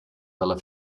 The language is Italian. dalla